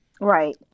Right